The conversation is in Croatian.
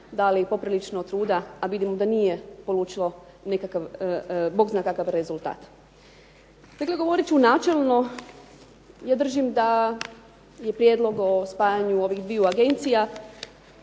dali poprilično truda a vidim da nije polučilo nekakav rezultat. Dakle, govorit ću načelno. Ja držim da je prijedlog o spajanju ovih dviju agencija